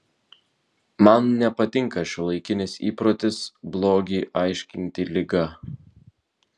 man nepatinka šiuolaikinis įprotis blogį aiškinti liga